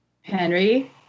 Henry